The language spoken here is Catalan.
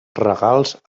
regals